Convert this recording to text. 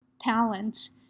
talents